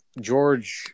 George